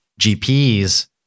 GPs